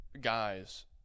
guys